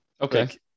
okay